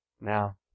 Now